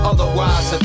Otherwise